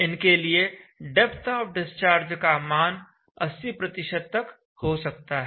इनके लिए depth of discharge का मान 80 तक हो सकता है